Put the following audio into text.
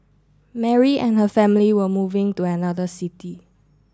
Mary and her family were moving do another city